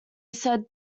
said